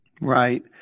Right